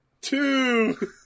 Two